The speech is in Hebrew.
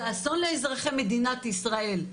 זה אסון לאזרחי מדינת ישראל.